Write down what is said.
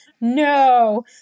no